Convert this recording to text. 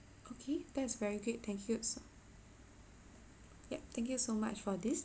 okay that's very good thank you yup thank you so much for this